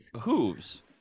Hooves